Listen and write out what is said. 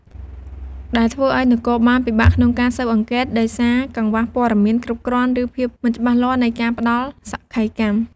ដែលធ្វើឲ្យ នគរបាលពិបាកក្នុងការស៊ើបអង្កេត ដោយសារកង្វះព័ត៌មានគ្រប់គ្រាន់ ឬភាពមិនច្បាស់លាស់នៃការផ្តល់សក្ខីកម្ម។